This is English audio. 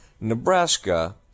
Nebraska